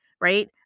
right